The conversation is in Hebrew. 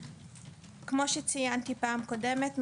כפי שציינתי בפעם הקודמת,